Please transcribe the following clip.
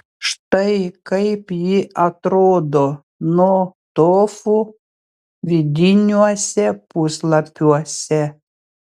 štai kaip ji atrodo no tofu vidiniuose puslapiuose